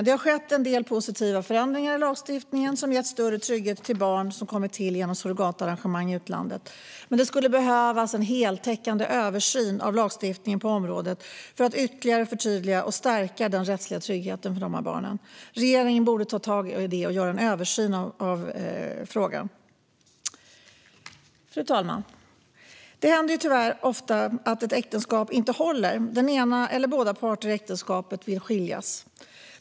Det har skett en del positiva förändringar i lagstiftningen som gett större trygghet till barn som kommit till genom surrogatarrangemang i utlandet, men det behövs en heltäckande översyn av lagstiftningen på området för att ytterligare förtydliga och stärka den rättsliga tryggheten för de här barnen. Regeringen borde ta tag i det och göra en översyn av frågan. Fru talman! Det händer tyvärr ofta att ett äktenskap inte håller och den ena eller båda parter i äktenskapet vill skiljas.